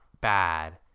bad